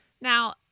Now